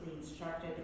instructed